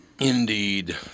Indeed